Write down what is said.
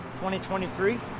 2023